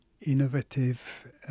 innovative